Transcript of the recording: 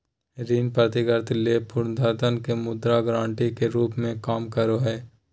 ऋण प्राप्तकर्ता ले पुनर्भुगतान के मुद्रा गारंटी के रूप में काम करो हइ